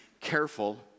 careful